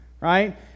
right